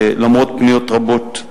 למרות פניות רבות.